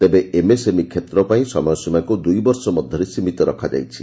ତେବେ ଏମ୍ଏସ୍ଏମ୍ଇ ଷେତ୍ର ପାଇଁ ସମୟସୀମାକୁ ଦୁଇବର୍ଷ ମଧ୍ୟରେ ସୀମିତ ରଖାଯାଇଛି